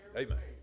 amen